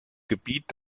gebiet